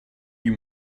you